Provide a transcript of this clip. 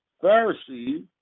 Pharisees